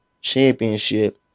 Championship